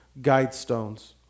Guidestones